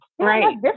right